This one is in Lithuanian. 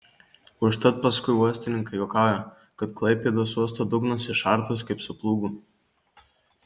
užtat paskui uostininkai juokauja kad klaipėdos uosto dugnas išartas kaip su plūgu